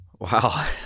Wow